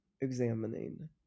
examining